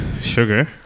sugar